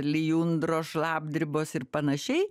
lijundros šlapdribos ir panašiai